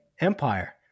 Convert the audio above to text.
Empire